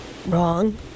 wrong